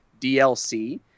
dlc